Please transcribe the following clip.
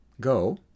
Go